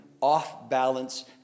off-balance